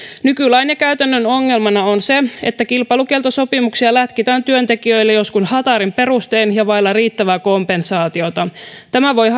nykylain ja käytännön ongelmana on se että kilpailukieltosopimuksia lätkitään työntekijöille joskus hatarin perustein ja vailla riittävää kompensaatiota tämä voi